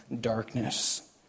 darkness